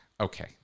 Okay